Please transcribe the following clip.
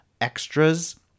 extras